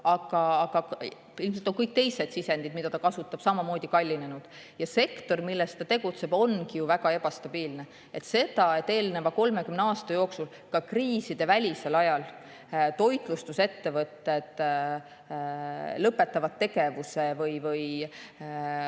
aga ilmselt on kõik teised sisendid, mida ta kasutab, samamoodi kallinenud. Sektor, milles ta tegutseb, ongi ju väga ebastabiilne. Eelneva 30 aasta jooksul, ka kriisidevälisel ajal, on toitlustusettevõtted tegevust